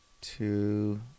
Two